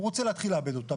הוא רוצה להתחיל לעבד אותה.